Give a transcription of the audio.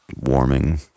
warming